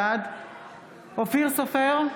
בעד אופיר סופר,